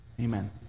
Amen